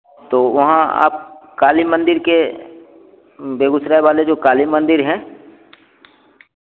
तो वहाँ आप काली मंदिर के बेगुसराय वाले जो काली मंदिर हैं